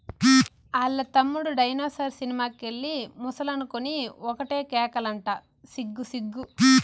ఆల్ల తమ్ముడు dinosaur cinema కెళ్ళి ముసలనుకొని ఒకటే కేకలంట సిగ్గు సిగ్గు